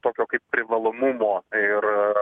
tokio kaip privalomumo ir